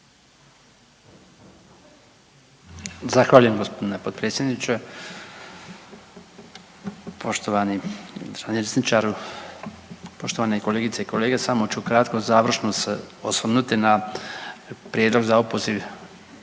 Zahvaljujem g. potpredsjedniče, poštovani …/Govornik se ne razumije/…, poštovane kolegice i kolege. Samo ću kratko završno se osvrnuti na prijedlog za opoziv